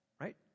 right